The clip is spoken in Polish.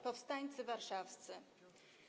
Powstańcy Warszawscy!